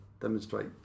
demonstrate